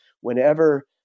whenever